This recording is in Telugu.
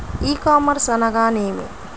ఈ కామర్స్ అనగా నేమి?